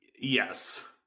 Yes